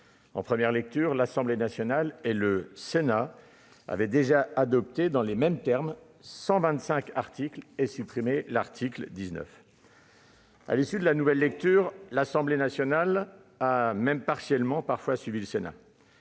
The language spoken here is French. En première lecture, l'Assemblée nationale et le Sénat avaient déjà adopté dans les mêmes termes 125 articles et supprimé l'article 19. À l'issue de la nouvelle lecture, l'Assemblée nationale a parfois suivi, même